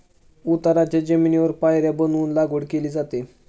उताराच्या जमिनीवर पायऱ्या बनवून लागवड केली जाते